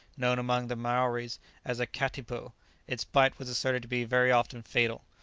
known among the maoris as a katipo its bite was asserted to be very often fatal.